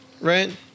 right